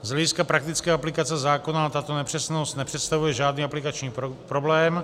Z hlediska praktické aplikace zákona tato nepřesnost nepředstavuje žádný aplikační problém.